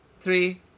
Three